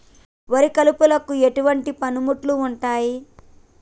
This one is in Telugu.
వరి కలుపుకు ఎటువంటి పనిముట్లు ఉంటాయి?